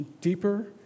deeper